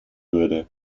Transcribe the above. würde